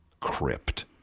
crypt